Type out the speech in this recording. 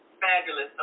fabulous